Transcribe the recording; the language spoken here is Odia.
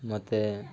ମୋତେ